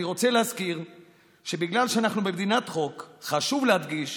אני רוצה להזכיר שבגלל שאנחנו במדינת חוק חשוב להדגיש